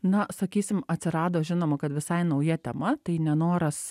na sakysim atsirado žinoma kad visai nauja tema tai nenoras